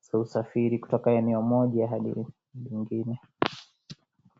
za usafiri kutoka eneo moja hadi nyingine.